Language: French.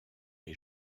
est